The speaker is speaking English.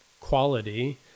quality